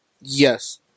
Yes